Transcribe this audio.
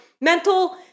mental